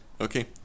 okay